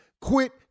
Quit